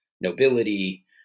nobility